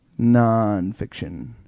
Nonfiction